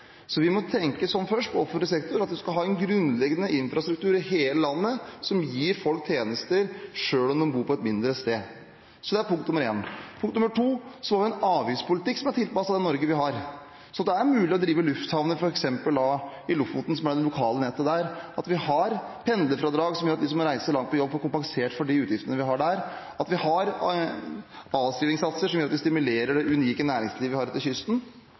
så tro at folk vil satse der. Vi må tenke slik først, når det gjelder offentlig sektor, at man skal ha en grunnleggende infrastruktur i hele landet som gir folk tjenester, selv om de bor på et mindre sted. Det er punkt nr. 1. Punkt nr. 2 er: Vi må ha en avgiftspolitikk som er tilpasset det Norge vi har, slik at det er mulig å drive lufthavner f.eks. i Lofoten, som er det lokale nettet der, at vi har pendlerfradrag, som gjør at de som reiser langt til jobb, får kompensert for de utgiftene de har, og at vi har avskrivingssatser som gjør at vi stimulerer det unike næringslivet vi har ute ved kysten.